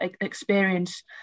experience